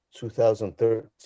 2013